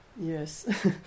Yes